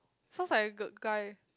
sounds like a girl guy